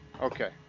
Okay